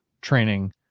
training